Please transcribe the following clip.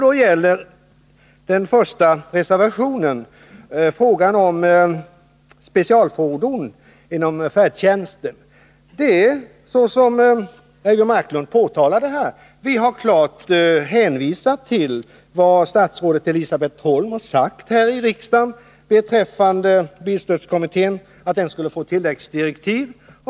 Den första reservationen gäller specialfordon inom färdtjänsten, och när det gäller den frågan har vi — som också Eivor Marklund framhöll — klart hänvisat till statsrådet Elisabet Holms uttalande i riksdagen, att bilstödskommittén skulle få tilläggsdirektiv.